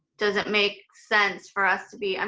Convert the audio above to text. does it make sense for us to be, and